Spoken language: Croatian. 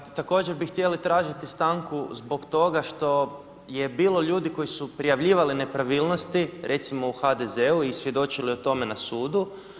Pa također bi htjeli tražiti stanku zbog toga što je bilo ljudi koji su prijavljivali nepravilnosti, recimo, u HDZ-u i svjedočili o tome na sudu.